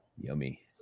Yummy